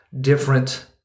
different